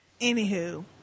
Anywho